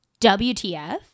WTF